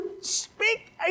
speak